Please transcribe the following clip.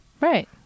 Right